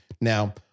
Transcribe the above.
Now